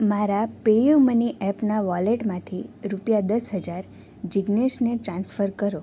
મારા પેયુમની એપનાં વોલેટમાંથી રૂપિયા દસ હજાર જીજ્ઞેશને ટ્રાન્સફર કરો